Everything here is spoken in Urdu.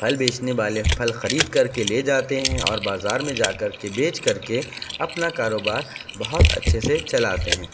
پھل بیچنے والے پھل خرید کر کے لے جاتے ہیں اور بازار میں جا کر کے بیچ کر کے اپنا کاروبار بہت اچھے سے چلاتے ہیں